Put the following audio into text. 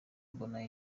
mbona